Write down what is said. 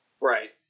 Right